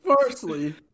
firstly